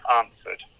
answered